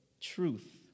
truth